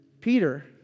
Peter